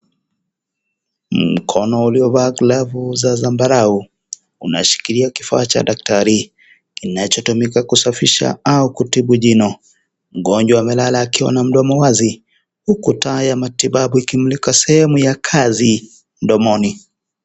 Mkono uliovaa glavu za zambarao na kushikilia kifaa cha daktari kinachotumika kusafisha au kutibu jino, mgonjwa amelala akiwa na mdomo wazi, uku taa ikimulika sehemu ya kazi mdomoni.